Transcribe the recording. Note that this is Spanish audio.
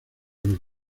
los